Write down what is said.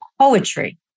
poetry